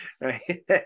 right